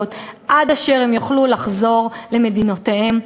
עד אשר הם יוכלו לחזור למדינותיהם?